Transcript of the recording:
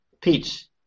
Peach